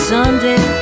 Sunday